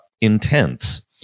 intense